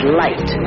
light